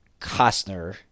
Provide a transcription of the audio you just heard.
Costner